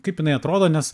kaip jinai atrodo nes